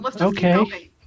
Okay